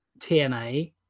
TNA